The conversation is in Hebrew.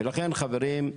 ולכן חברים,